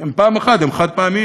הם פעם אחת, הם חד-פעמיים,